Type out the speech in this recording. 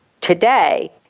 today